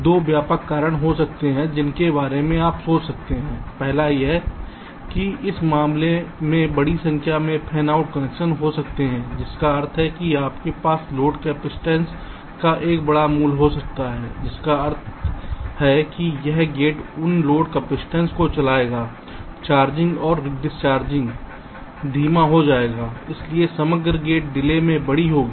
2 व्यापक कारण हो सकते हैं जिनके बारे में आप सोच सकते हैं पहला यह है कि इस मामले में बड़ी संख्या में फैनआउट कनेक्शन हो सकते हैं जिसका अर्थ है कि आपके पास लोड कैपेसिटेंस का एक बड़ा मूल्य हो सकता है जिसका अर्थ है कि यह गेट उन लोड कैपेसिटेंस को चलाएगा चार्जिंग और डिस्चार्जिंग धीमा हो जाएगा इसलिए समग्र गेट डिले से बड़ी होगी